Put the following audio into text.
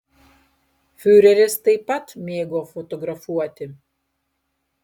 fiureris taip pat mėgo fotografuoti